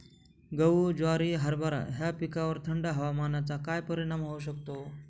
गहू, ज्वारी, हरभरा या पिकांवर थंड हवामानाचा काय परिणाम होऊ शकतो?